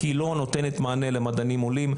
כי היא לא נותנת מענה למדענים עולים,